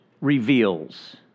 reveals